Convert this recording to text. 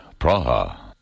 Praha